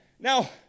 Now